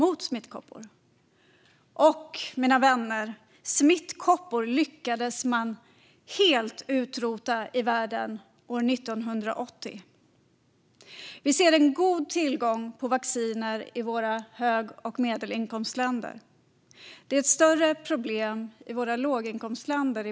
Och smittkoppor, mina vänner, lyckades man helt utrota i världen år 1980. Vi ser en god tillgång till vacciner i höginkomst och medelinkomstländer. Det är ett större problem i världens låginkomstländer.